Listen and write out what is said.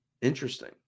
Interesting